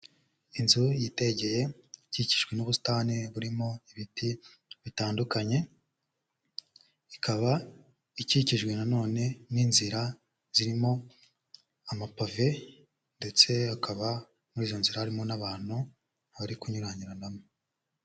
Inzu yitegeye ikikijwe n'ubusitani burimo ibiti bitandukanye, ikaba ikikijwe nanone n'inzira zirimo amapave ndetse hakaba muri izo nzira harimo n'abantu bari kunyuranyuranamo.